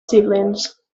siblings